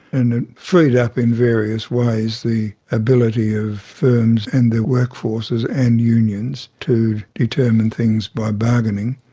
and it freed up in various ways the ability of firms and their workforces and unions to determine things by bargaining.